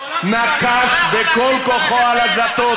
נקש בכל כוחו על הדלתות,